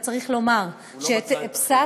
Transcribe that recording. וצריך לומר שאת פסק,